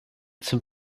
zum